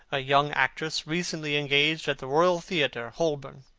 a young actress recently engaged at the royal theatre, holborn.